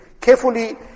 carefully